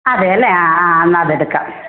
അതെ അല്ലേ ആ ആ എന്നാൽ അതെടുക്കാം